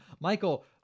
Michael